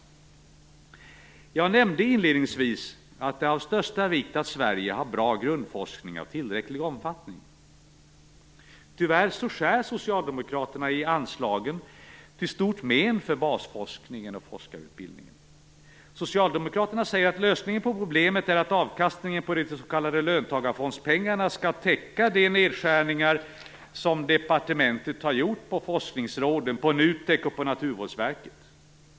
Jag nämnde inledningsvis att det är av största vikt att Sverige har bra grundforskning av tillräcklig omfattning. Tyvärr skär Socialdemokraterna i anslagen till stort men för basforskningen och forskarutbildningen. Socialdemokraterna säger att lösningen på problemet är att avkastningen på de s.k. löntagarfondspengarna skall täcka de nedskärningar som departementet har gjort på forskningsråden, NUTEK och Naturvårdsverket.